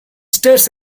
stares